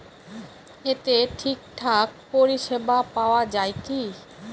এতে ঠিকঠাক পরিষেবা পাওয়া য়ায় কি?